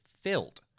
filled